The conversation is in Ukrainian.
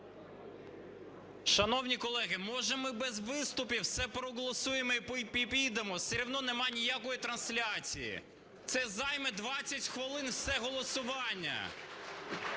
Шановні колеги, може ми без виступів все проголосуємо і підемо, все одно немає ніякої трансляції? Це займе 20 хвилин все голосування.